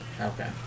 Okay